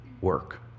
work